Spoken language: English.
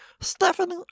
Stephanie